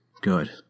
Good